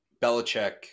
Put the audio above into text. Belichick